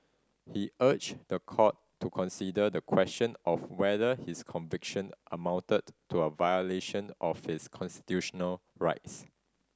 he urged the court to consider the question of whether his conviction amounted to a violation of his constitutional rights